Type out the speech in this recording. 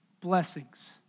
Blessings